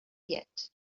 yet